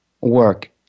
work